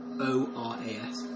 O-R-A-S